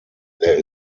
there